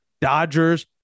Dodgers